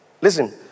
Listen